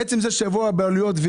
עצם זה שיבואו הבעלויות,